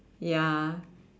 ya